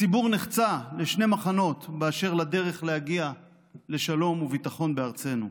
הציבור נחצה לשני מחנות באשר לדרך להגיע לשלום ולביטחון בארצנו.